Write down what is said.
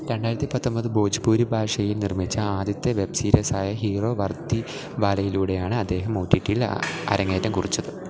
രണ്ടായിരത്തി പത്തൊമ്പത് ഭോജ്പൂരി ഭാഷയിൽ നിർമ്മിച്ച ആദ്യത്തെ വെബ് സീരീസ് ആയ ഹീറോ വര്ദ്ദി വാലയിലൂടെയാണ് അദ്ദേഹം ഒ ടി ടിയിൽ അരങ്ങേറ്റം കുറിച്ചത്